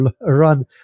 run